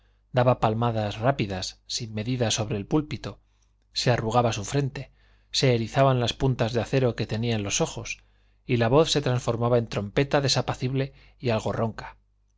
daba palmadas rápidas sin medida sobre el púlpito se arrugaba su frente se erizaban las puntas de acero que tenía en los ojos y la voz se transformaba en trompeta desapacible y algo ronca